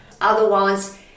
otherwise